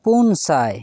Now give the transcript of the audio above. ᱯᱩᱱ ᱥᱟᱭ